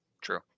True